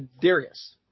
Darius